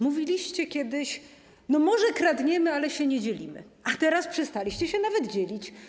Mówiliście kiedyś: może kradniemy, ale się dzielimy, a teraz przestaliście się nawet dzielić.